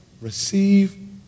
receive